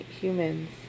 humans